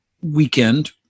Weekend